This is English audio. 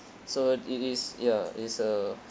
so it is ya it's a